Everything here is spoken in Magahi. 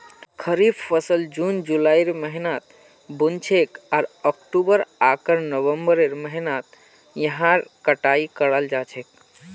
खरीफ फसल जून जुलाइर महीनात बु न छेक आर अक्टूबर आकर नवंबरेर महीनात यहार कटाई कराल जा छेक